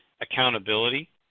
accountability